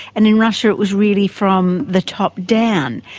and in russia it was really from the top down.